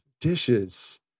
dishes